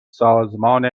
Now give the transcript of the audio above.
سازمان